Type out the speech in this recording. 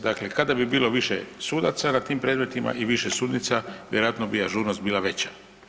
Dakle, kada bi bilo više sudaca na tim predmetima i više sudnica vjerojatno bi ažurnost bila veća.